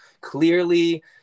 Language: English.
clearly